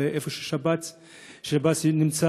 איפה ששב"ס נמצא,